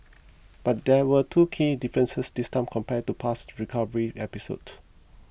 but there were two key differences this time compared to past recovery episode